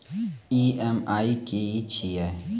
EMI की छिये?